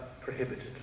prohibited